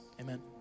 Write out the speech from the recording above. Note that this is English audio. Amen